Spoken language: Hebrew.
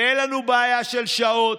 אין לנו בעיה של שעות.